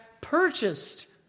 purchased